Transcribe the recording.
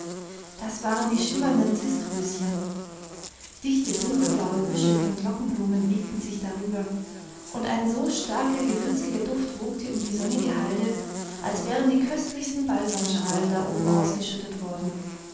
das waren die schimmernden ziströschen dichte dunkelblaue büsche von glockenblumen wiegten sich darüber und ein so starker gewürziger duft wogte um die sonnige halde als wären die köstlichsten balsamschalen da oben ausgeschüttet worden